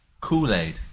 kool-aid